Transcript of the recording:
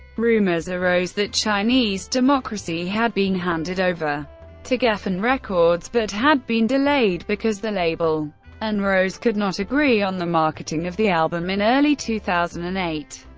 rumors arose that chinese democracy had been handed over to geffen records, but had been delayed, because the label and rose could not agree on the marketing of the album in early two thousand and eight.